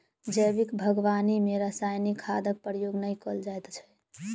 जैविक बागवानी मे रासायनिक खादक प्रयोग नै कयल जाइत छै